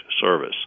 service